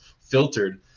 filtered